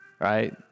right